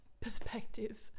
perspective